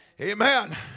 Amen